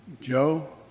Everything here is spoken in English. Joe